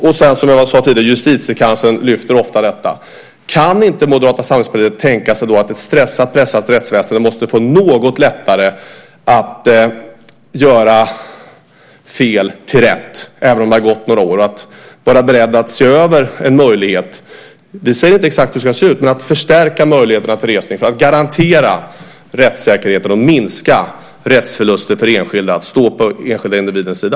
Och, som jag sade tidigare, Justitiekanslern lyfter ofta fram detta. Kan inte Moderata samlingspartiet då tänka sig att ett stressat, pressat rättsväsende måste få något lättare att göra fel till rätt, även om det har gått några år? Är man beredd att se över en möjlighet? Vi säger inte exakt hur det ska se ut, men det handlar om att förstärka möjligheterna till resning för att garantera rättssäkerheten och minska rättsförluster för enskilda och att stå på den enskilda individens sida.